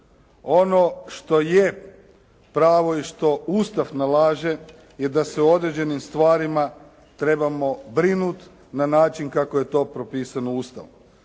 Ono što je pravo i šta Ustav nalaže je da se u određenim stvarima trebamo brinuti na način kako je to propisano Ustavom.